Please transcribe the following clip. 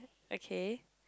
okay